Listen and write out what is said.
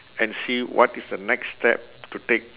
and see what is the next step to take